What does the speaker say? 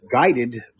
Guided